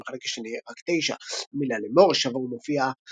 ובחלק השני רק 9. המילה "לאמר" שבה ומופיעה